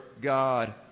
God